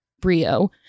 Brio